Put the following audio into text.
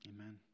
amen